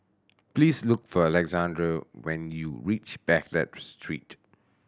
please look for Alexander when you reach Baghdad Street